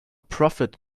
profit